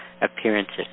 appearances